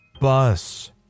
bus